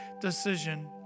decision